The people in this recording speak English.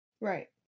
Right